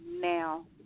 now